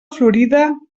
florida